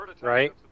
Right